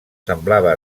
semblava